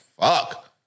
Fuck